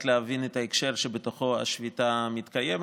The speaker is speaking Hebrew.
להבין את ההקשר שבתוכו השביתה מתקיימת.